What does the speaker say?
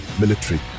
military